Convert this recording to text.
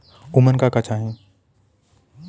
उमन का का चाही?